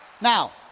Now